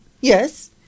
Yes